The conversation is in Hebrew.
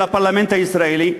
של הפרלמנט הישראלי,